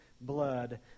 blood